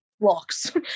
blocks